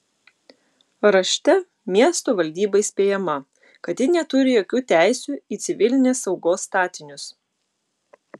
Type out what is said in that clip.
rašte miesto valdyba įspėjama kad ji neturi jokių teisių į civilinės saugos statinius